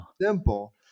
simple